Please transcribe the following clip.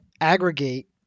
aggregate